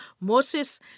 Moses